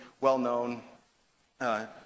well-known